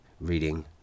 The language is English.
reading